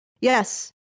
Yes